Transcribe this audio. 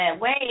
Wait